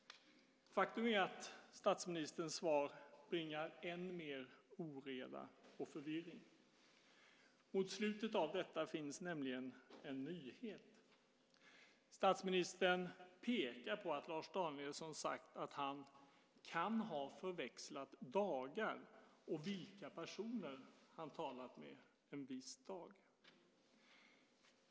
Faktum är att statsministerns svar bringar än mer oreda och förvirring. Mot slutet av detta finns nämligen en nyhet. Statsministern pekar på att Lars Danielsson sagt att han kan ha förväxlat dagar och vilka personer han talat med en viss dag.